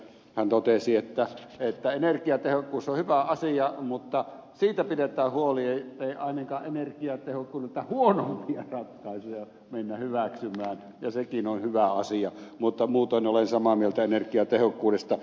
hän totesi että energiatehokkuus on hyvä asia mutta siitä pidetään huoli ettei ainakaan energiatehokkuuden kannalta huonompia ratkaisuja mennä hyväksymään ja sekin on hyvä asia mutta muutoin olen samaa mieltä energiatehokkuudesta